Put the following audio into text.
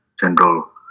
General